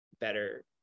better